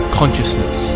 consciousness